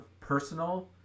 personal